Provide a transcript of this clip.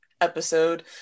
episode